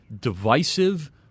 divisive